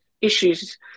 issues